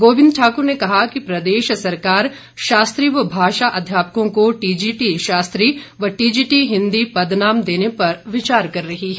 गोविंद ठाकुर ने कहा कि प्रदेश सरकार शास्त्री व भाषा अध्यापकों को टीजीटी शास्त्री व टीजीटी हिन्दी पदनाम देने पर विचार कर रही है